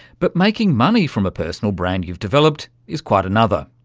but making money from a personal brand you've developed is quite another.